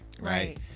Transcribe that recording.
Right